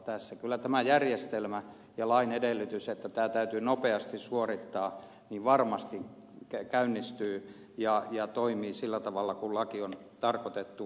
kyllä tämä järjestelmä ja lain edellytys että tämä täytyy nopeasti suorittaa varmasti käynnistyy ja toimii sillä tavalla kuin laki on tarkoitettu